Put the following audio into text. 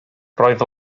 roedd